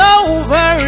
over